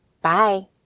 Bye